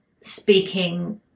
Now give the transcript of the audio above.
speaking